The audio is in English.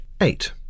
Eight